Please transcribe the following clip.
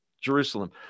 Jerusalem